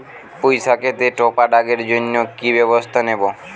পুই শাকেতে টপা দাগের জন্য কি ব্যবস্থা নেব?